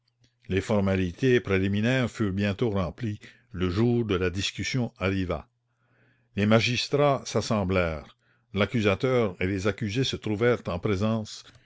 les formalités préliminaires furent bientôt remplies le jour de la discussion arriva les magistrats s'assemblèrent l'accusateur et les accusés se trouvèrent en présence